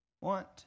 want